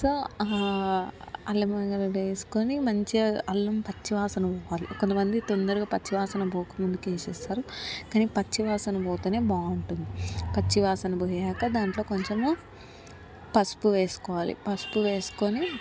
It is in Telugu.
సో అల్లం వెల్లుల్లిగడ్డ వేస్కొని మంచిగా అల్లం పచ్చివాసన పోవాలి కొంతమంది తొందరగా పచ్చివాసన పోకముందుకే వేసేస్తారు కానీ పచ్చివాసన పోతేనే బాగుంటుంది పచ్చివాసన పోయాక దాంట్లో కొంచము పసుపు వేస్కోవాలి పసుపు వేస్కొని